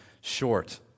short